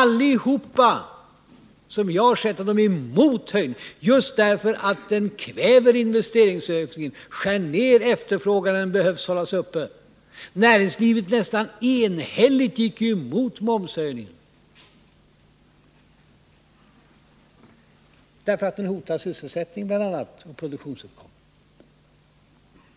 Allihop säger — enligt vad jag har sett — att de är emot höjningen, just för att den kväver investeringsökningen och skär ner efterfrågan när denna behöver hållas uppe. Ett nästan enhälligt näringsliv går emot momshöjningen på grund av att den bl.a. hotar sysselsättning och produktionsuppgång.